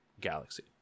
galaxy